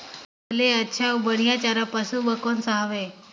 सबले अच्छा अउ बढ़िया चारा पशु बर कोन सा हवय?